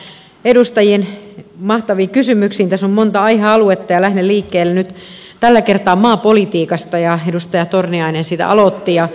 tässä on monta aihealuetta ja lähden liikkeelle nyt tällä kertaa maapolitiikasta ja edustaja torniainen siitä aloitti